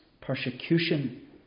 persecution